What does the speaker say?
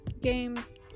games